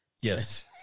Yes